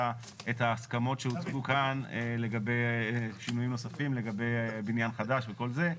ההסכמות שהוצגו כאן לגבי שינויים נוספים לגבי בניין חדש וכל זה,